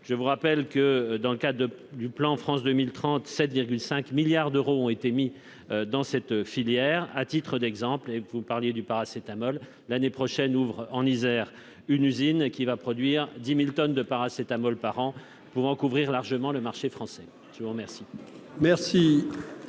je vous rappelle que dans le cas de du plan France 2000 37 5 milliards d'euros ont été mis dans cette filière, à titre d'exemple et vous parliez du paracétamol, l'année prochaine, ouvre en Isère, une usine qui va produire 10000 tonnes de paracétamol par an pour en couvrir largement le marché français, je vous remercie.